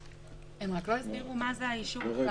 הם לא הסבירו מה זה אישור ההחלמה.